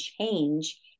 change